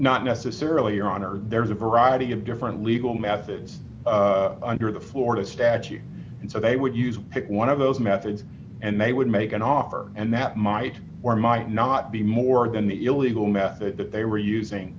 not necessarily your honor there's a variety of different legal methods under the florida statute and so they would use pick one of those methods and they would make an offer and that might or might not be more than the illegal method that they were using